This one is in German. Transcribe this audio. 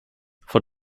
vor